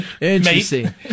Interesting